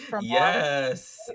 Yes